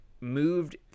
moved